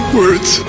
words